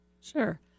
Sure